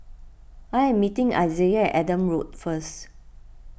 I am meeting Isiah Adam Road first